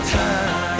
time